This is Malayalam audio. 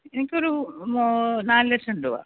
എനിക്കൊരു നാല് ലക്ഷം രൂപ